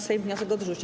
Sejm wniosek odrzucił.